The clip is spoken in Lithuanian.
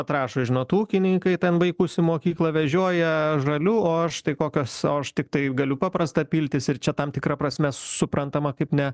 vat rašo žinot ūkininkai ten vaikus į mokyklą vežioja žaliu o aš tai kokios o aš tiktai galiu paprastą piltis ir čia tam tikra prasme suprantama kaip ne